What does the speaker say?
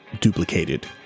duplicated